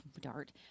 dart